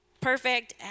Perfect